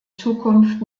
zukunft